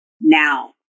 Now